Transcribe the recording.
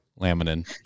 laminin